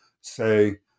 say